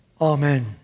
Amen